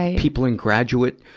ah people in graduate,